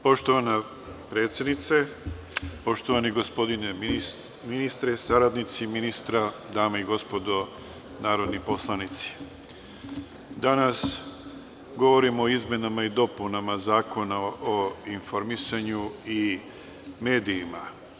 Poštovana predsednice, poštovani gospodine ministre, saradnici ministra, dame i gospodo narodni poslanici, danas govorimo o izmenama i dopunama Zakona o informisanju i medijima.